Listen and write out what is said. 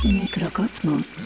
mikrokosmos